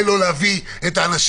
דיברת על ההליך הראוי,